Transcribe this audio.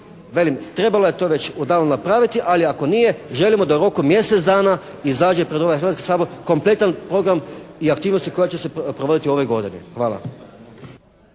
trebalo je to već odavno napraviti, ali ako nije želimo da u roku od mjesec dana izađe pred ovaj Hrvatski sabor kompletan program i aktivnosti koje će se provoditi u ovoj godini. Hvala.